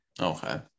okay